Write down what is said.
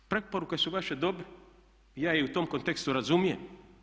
Preporuke su vaše dobre i ja ih u tom kontekstu razumijem.